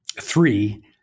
three